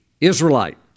Israelite